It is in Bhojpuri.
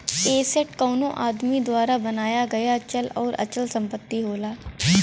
एसेट कउनो आदमी द्वारा बनाया गया चल आउर अचल संपत्ति होला